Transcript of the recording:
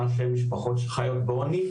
מאשר משפחות שחיות בעוני.